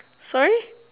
sorry